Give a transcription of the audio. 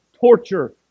torture